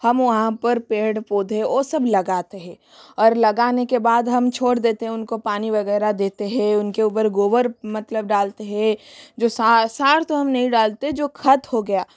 हम वहाँ पर पेड़ पौधे ओ सब लगाते हैं और लगाने के बाद हम छोड़ देते है उनको पानी वगैरह देते है उनके ऊपर गोबर मतलब डालते हैं जो सार तो हम नहीं डालते जो खत हो गया